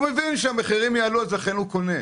הם מבינים שהמחירים יעלו, ולכן הם קונים.